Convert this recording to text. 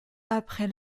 après